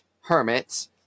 hermits